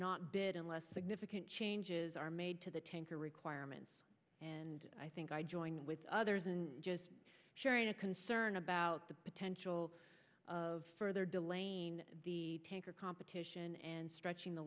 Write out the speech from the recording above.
not bid unless significant changes are made to the tanker requirements and i think i join with others in just sharing a concern about the potential of further delaying the tanker competition and stretching the